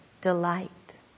delight